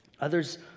Others